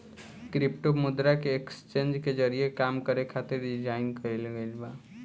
crypto मुद्रा के exchange के जरिए काम करे खातिर डिजाइन कईल गईल बा